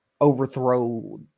overthrow